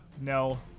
no